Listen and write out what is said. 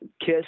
kiss